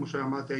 כמו שאמרתי,